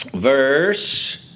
Verse